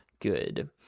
good